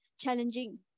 challenging